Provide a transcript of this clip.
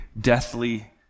deathly